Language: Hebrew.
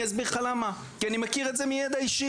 אני אסביר לך למה: כי אני מכיר את זה מידע אישי,